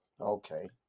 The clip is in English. Okay